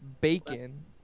Bacon